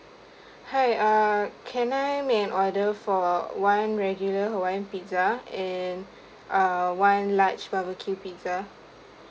hi err can I make an order for one regular hawaiian pizza and err one large barbecue pizza